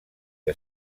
que